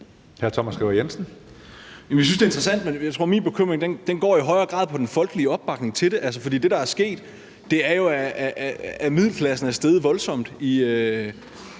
men min bekymring går i højere grad på den folkelige opbakning til det. For det, der er sket, er jo, at middelklassens levestandard